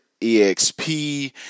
EXP